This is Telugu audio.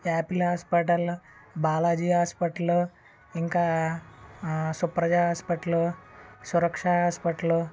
యాపిల్ హాస్పిటల్ బాలాజీ హాస్పిటల్ ఇంకా సుప్రజా హాస్పిటల్లు సురక్ష హాస్పిటల్లు